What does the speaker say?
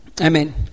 Amen